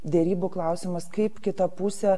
derybų klausimas kaip kitą pusę